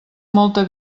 molta